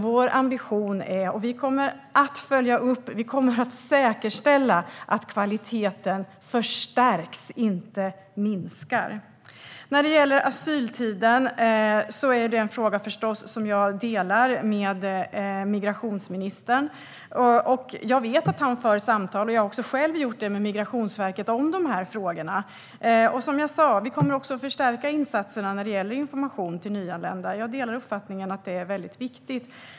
Vår ambition är att följa upp och säkerställa att kvaliteten förstärks, inte minskar. Frågan om asyltiden är ett ansvarsområde som jag naturligtvis delar med migrationsministern. Jag vet att han för samtal med Migrationsverket om dessa frågor, och jag har själv gjort det. Som jag sa kommer vi att förstärka insatserna när det gäller information till nyanlända. Jag delar uppfattningen att detta är viktigt.